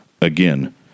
Again